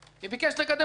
וביקש לקדם את החוק הזה.